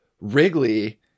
Wrigley